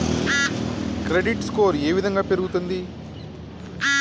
Credit score ఏ విధంగా పెరుగుతుంది?